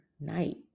night